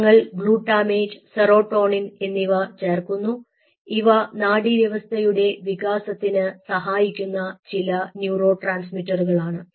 ഞങ്ങൾ glutamate serotonin എന്നിവ ചേർക്കുന്നു ഇവ നാഡീവ്യവസ്ഥയുടെ വികാസത്തിന് സഹായിക്കുന്ന ചില ന്യൂറോ ട്രാൻസ്മിറ്ററുകളാണ്